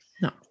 No